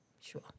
sure